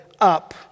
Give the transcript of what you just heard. up